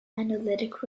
analytic